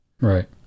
Right